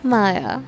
Maya